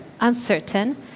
uncertain